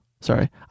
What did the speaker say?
sorry